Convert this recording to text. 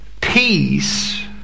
Peace